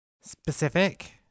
specific